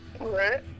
Right